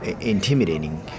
intimidating